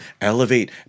elevate